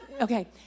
Okay